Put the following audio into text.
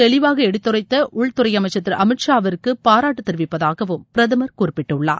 தெளிவாக எடுத்துரைத்த உள்துறை அமைச்சர் திரு அமித்ஷாவிற்கு பாராட்டு தெரிவிப்பதாகவும் பிரதமர் குறிப்பிட்டுள்ளார்